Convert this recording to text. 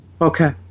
Okay